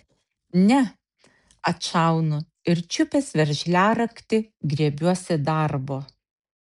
ne atšaunu ir čiupęs veržliaraktį griebiuosi darbo